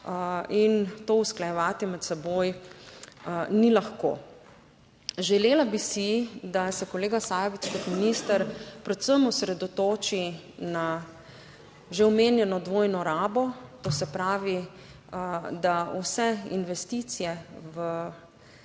in to usklajevati med seboj ni lahko. Želela bi si, da se kolega Sajovic kot minister predvsem osredotoči na že omenjeno dvojno rabo, to se pravi, da vse investicije v